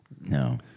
No